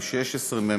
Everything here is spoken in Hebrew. החוק